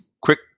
Quick